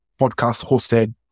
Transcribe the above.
podcast-hosted